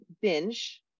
binge